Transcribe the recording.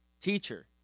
Teacher